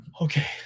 Okay